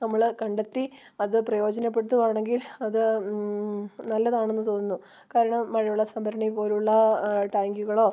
നമ്മൾ കണ്ടെത്തി അത് പ്രയോജനപ്പെടുത്തുകയാണെങ്കിൽ അത് നല്ലതാണെന്ന് തോന്നുന്നു കാരണം മഴവെള്ള സംഭരണി പോലെയുള്ള ടാങ്കികളോ